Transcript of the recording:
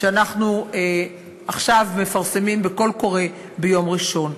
שאנחנו עכשיו מפרסמים בקול קורא ביום ראשון.